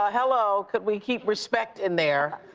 ah hello, could we keep respect in there?